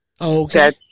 Okay